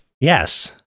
Yes